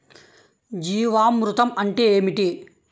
జీవామృతం అంటే ఏమిటి?